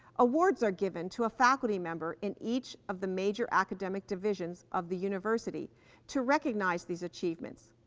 awards are given to a faculty member in each of the major academic divisions of the university to recognize these achievements.